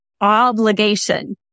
obligation